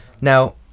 Now